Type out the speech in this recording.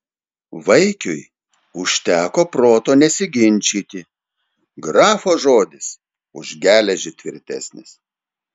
vaikiui užteko proto nesiginčyti grafo žodis už geležį tvirtesnis